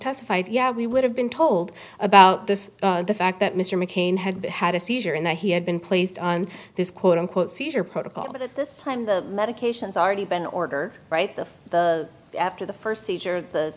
testified yeah we would have been told about this the fact that mr mccain had had a seizure and that he had been placed on this quote unquote seizure protocol but at the time the medications already been order right the after the first seizure